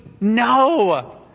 No